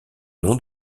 nom